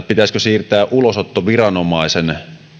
pitäisikö siirtää ulosottoviranomaisen